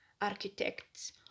architects